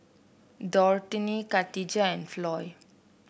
Dorthey Khadijah and Floy